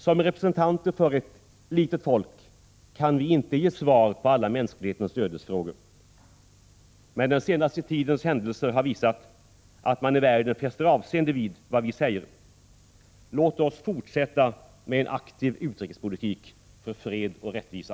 Som representanter för ett litet folk kan vi inte ge svar på alla mänsklighetens ödesfrågor, men den senaste tidens händelser har visat att man i världen fäster avseende vid vad vi säger. Låt oss fortsätta med en aktiv utrikespolitik för fred och rättvisa!